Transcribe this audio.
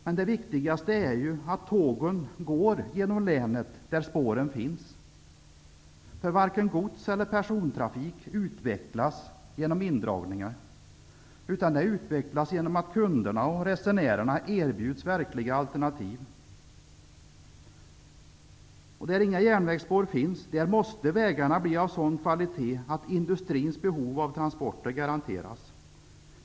Men det viktigaste är ju att tågen går genom länet där spåren finns. Varken gods eller persontrafiken utvecklas med hjälp av indragningar, utan de utvecklas genom att kunderna, dvs. resenärerna, erbjuds verkliga alternativ. Där inga järnvägsspår finns, där måste vägarna bli av sådan kvalitet att industrins behov av transporter garanteras.